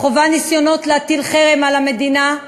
חווה ניסיונות להטיל חרם על המדינה,